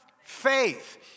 Faith